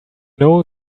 know